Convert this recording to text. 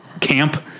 camp